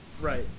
Right